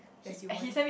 that's you want